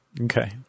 Okay